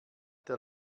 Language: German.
der